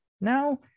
now